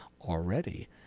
already